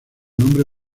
nombre